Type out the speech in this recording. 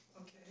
Okay